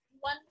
one